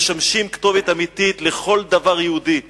והם משמשים כתובת אמיתית לכל דבר יהודי.